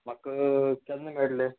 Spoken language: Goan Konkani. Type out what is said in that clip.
म्हाका केन्ना मेळटले